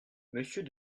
monsieur